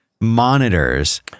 monitors